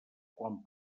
quan